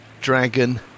dragon